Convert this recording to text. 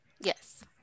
Yes